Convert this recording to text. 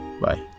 Bye